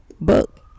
book